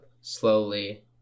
slowly